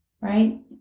Right